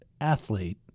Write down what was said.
athlete